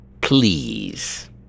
please